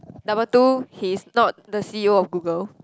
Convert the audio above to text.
number two he's not the C_E_O of Google